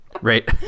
Right